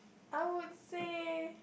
I would say